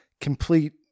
Complete